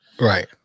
Right